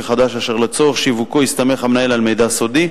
חדש אשר לצורך שיווקו הסתמך המנהל על מידע סודי,